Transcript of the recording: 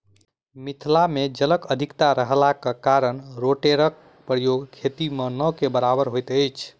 मिथिला मे जलक अधिकता रहलाक कारणेँ रोटेटरक प्रयोग खेती मे नै के बराबर होइत छै